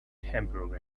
hamburger